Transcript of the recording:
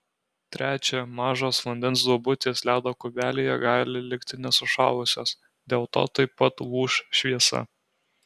trečia mažos vandens duobutės ledo kubelyje gali likti nesušalusios dėl to taip pat lūš šviesa